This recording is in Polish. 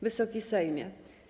Wysoki Sejmie!